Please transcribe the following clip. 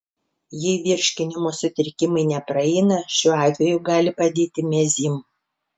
jei virškinimo sutrikimai nepraeina šiuo atveju gali padėti mezym